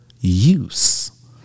use